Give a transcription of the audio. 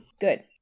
Good